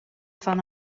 fan